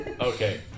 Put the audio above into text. Okay